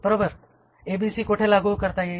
बरोबर ABC कोठे लागू करता येईल